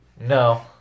No